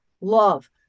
love